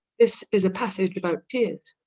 this is a passage about tears